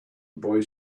boy